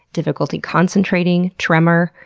difficulty concentrating, tremor.